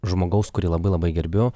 žmogaus kurį labai labai gerbiu